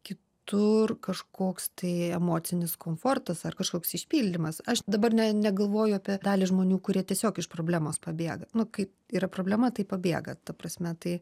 kitur kažkoks tai emocinis komfortas ar kažkoks išpildymas aš dabar ne negalvoju apie dalį žmonių kurie tiesiog iš problemos pabėga nu kai yra problema tai pabėga ta prasme tai